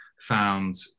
found